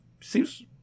seems